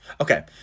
okay